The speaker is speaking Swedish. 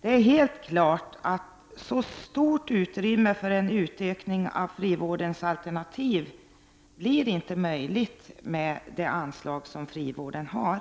Det står helt klart att så stort utrymme för en utökning av frivårdsalternativ inte blir möjligt med de anslag som frivården i dag har.